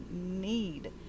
need